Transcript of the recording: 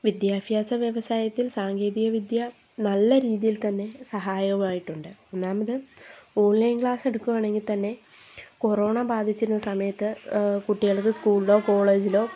വിദ്യാഭ്യാസ വ്യവസായത്തിൽ സാങ്കേതിതവിദ്യ നല്ല രീതിയിൽ തന്നെ സഹായമായിട്ടുണ്ട് ഒന്നാമത് ഓൺലൈൻ ക്ലാസ്സെടുക്കുവാണെങ്കിൽ തന്നെ കൊറോണ ബാധിച്ചിരുന്ന സമയത്ത് കുട്ടികൾക്ക് സ്കൂളിലോ കോളേജിലോ